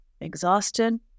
exhausted